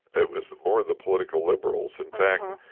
it was more the political liberals. in fact,